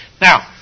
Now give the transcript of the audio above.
Now